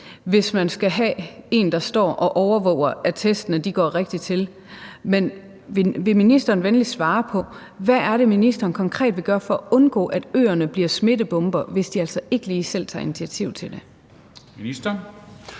hvis man skal have en, der står og overvåger, at testene går rigtigt til? Men vil ministeren venligst svare på, hvad det er, ministeren konkret vil gøre for at undgå, at øerne bliver smittebomber, hvis de altså ikke lige selv tager initiativ til det?